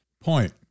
Point